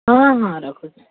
ହଁ ହଁ ରଖୁଛେ